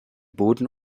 boden